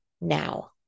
now